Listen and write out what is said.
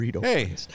hey